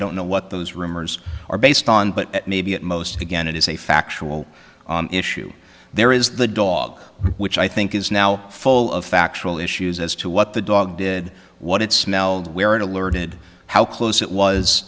don't know what those rumors are based on but it may be at most again it is a factual issue there is the dog which i think is now full of factual issues as to what the dog did what it smelled where it alerted how close it was